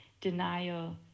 denial